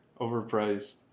Overpriced